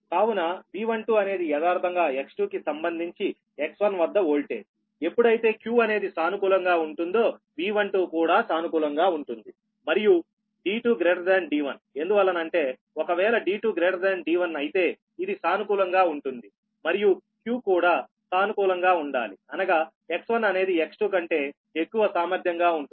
కావున V12 అనేది యదార్ధంగా X2 కి సంబంధించి X1 వద్ద ఓల్టేజ్ ఎప్పుడైతే q అనేది సానుకూలంగా ఉంటుందో V12 కూడా సానుకూలంగా ఉంటుంది మరియు D2 D1 ఎందువల్లనంటే ఒకవేళ D2 D1 అయితే ఇది సానుకూలంగా ఉంటుంది మరియు q కూడా సానుకూలంగా ఉండాలి అనగా X1 అనేది X2 కంటే ఎక్కువ సామర్థ్యం గా ఉంటుంది